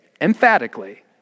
emphatically